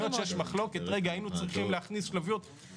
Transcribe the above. זו שאלה שלחלוטין קשורה לתפיסת מסגרת התקציב.